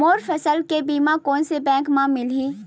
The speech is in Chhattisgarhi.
मोर फसल के बीमा कोन से बैंक म मिलही?